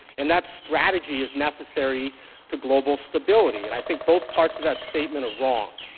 and that strategy is necessary to global stability. and i think both parts of that statement are wrong.